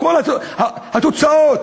בכל התוצאות,